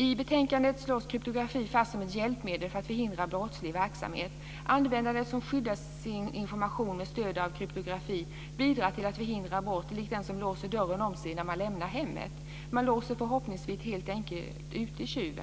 I betänkandet slås det fast att kryptografi är ett hjälpmedel för att förhindra brottslig verksamhet. Användare som skyddar sin information med stöd av kryptografi bidrar till att förhindra brott, likt den som låser dörren om sig när han eller hon lämnar hemmet. Man låser förhoppningsvis helt enkelt tjuven ute.